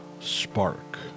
spark